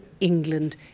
England